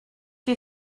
you